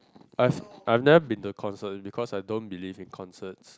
I've never been to concerts cause I don't believe in concerts